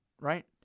right